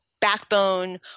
backbone